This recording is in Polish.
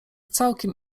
całkiem